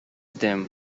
them